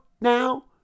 Now